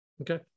Okay